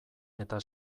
eta